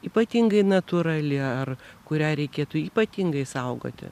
ypatingai natūrali ar kurią reikėtų ypatingai saugoti